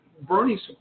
Bernie